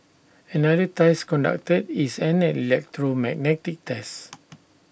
another test conducted is an electromagnetic test